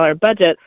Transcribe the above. budget